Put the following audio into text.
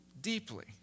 deeply